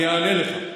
אני אענה לך.